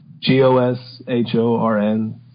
G-O-S-H-O-R-N